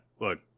Look